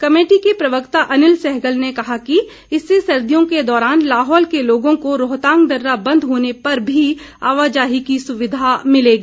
committee के प्रवक्ता अनिल सहगल ने कहा है कि इससे सर्दियों के दौरान लाहौल के लोगों को रोहतांग दर्रा बंद होने पर भी आवाजाही की सुविधा मिलेगी